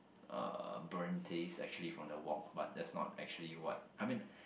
uh burnt taste actually from the wok but that's not actually what I mean